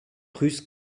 russe